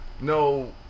no